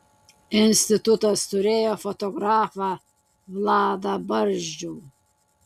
institutas turėjo fotografą vladą barzdžių